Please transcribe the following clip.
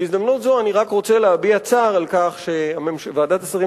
בהזדמנות זו אני רק רוצה להביע צער על כך שוועדת השרים